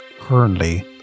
Currently